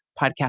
podcast